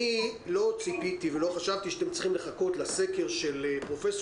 לא ציפיתי ולא חשבתי שאתם צריכים לחכות לסקר של פרופ'